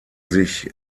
sich